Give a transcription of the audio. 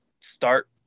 start